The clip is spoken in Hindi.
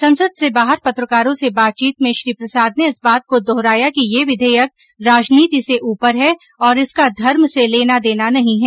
संसद से बाहर पत्रकारों से बातचीत में श्री प्रसाद ने इस बात को दोहराया कि यह विधेयक राजनीति से ऊपर है और इसका धर्म से लेना देना नहीं है